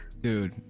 dude